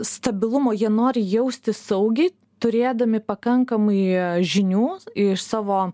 stabilumo jie nori jaustis saugiai turėdami pakankamai žinių iš savo